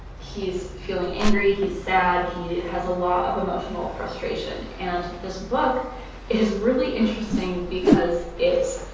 he's feeling angry, he's sad, he has a lot of emotional frustration. and this book is really interesting because it